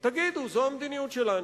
תגידו: זו המדיניות שלנו,